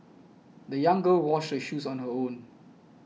the young girl washed her shoes on her own